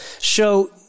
show